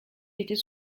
était